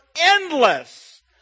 endless